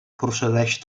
procedeix